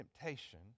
temptation